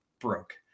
broke